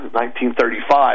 1935